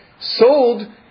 sold